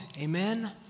Amen